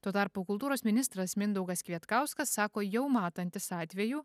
tuo tarpu kultūros ministras mindaugas kvietkauskas sako jau matantis atvejų